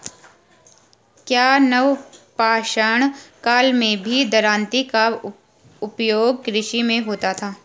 क्या नवपाषाण काल में भी दरांती का उपयोग कृषि में होता था?